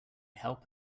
help